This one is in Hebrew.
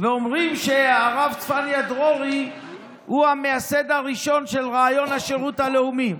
אומרים שהרב צפניה דרורי הוא המייסד הראשון של רעיון השירות הלאומי.